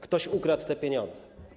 Ktoś ukradł te pieniądze.